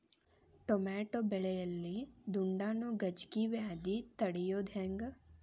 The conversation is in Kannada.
ಟಮಾಟೋ ಬೆಳೆಯಲ್ಲಿ ದುಂಡಾಣು ಗಜ್ಗಿ ವ್ಯಾಧಿ ತಡಿಯೊದ ಹೆಂಗ್?